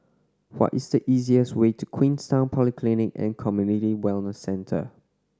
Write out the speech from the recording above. what is the easiest way to Queenstown Polyclinic and Community Wellness Centre